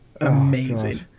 amazing